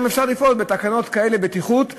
ואפשר גם לפעול בתקנות בטיחות כאלה,